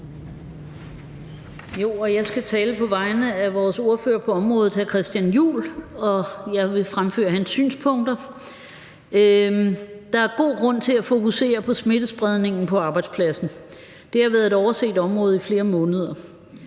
Jeg skal tale på vegne af vores ordfører på området, hr. Christian Juhl, og jeg vil fremføre hans synspunkter. Der er god grund til at fokusere på smittespredningen på arbejdspladsen. Det har været et overset område i flere måneder.